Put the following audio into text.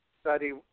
study –